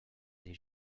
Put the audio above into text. des